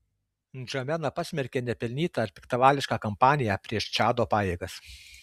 ndžamena pasmerkė nepelnytą ir piktavališką kampaniją prieš čado pajėgas